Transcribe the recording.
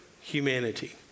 humanity